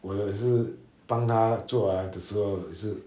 我的是帮他做 ah 也是